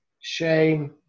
shame